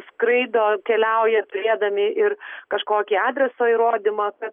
skraido keliauja turėdami ir kažkokį adreso įrodymą kad